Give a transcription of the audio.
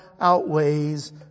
outweighs